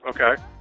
Okay